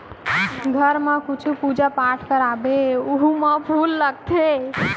घर म कुछु पूजा पाठ करवाबे ओहू म फूल लागथे